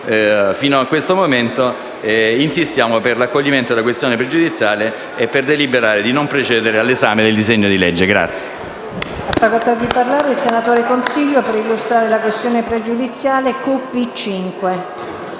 mio intervento, insistiamo per l'accoglimento della questione pregiudiziale e per deliberare di non procedere all'esame del disegno di legge.